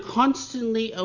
constantly